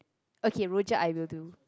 okay rojak I will do